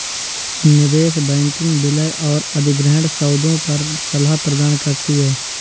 निवेश बैंकिंग विलय और अधिग्रहण सौदों पर सलाह प्रदान करती है